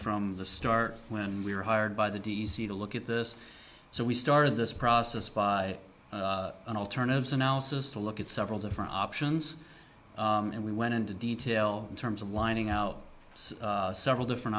from the start when we were hired by the d e c to look at this so we started this process by alternatives analysis to look at several different options and we went into detail in terms of lining out several different